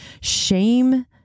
shame